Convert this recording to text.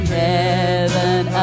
heaven